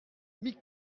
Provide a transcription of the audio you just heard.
smic